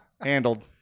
Handled